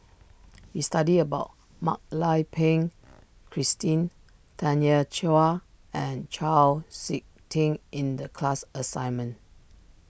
we studied about Mak Lai Peng Christine Tanya Chua and Chau Sik Ting in the class assignment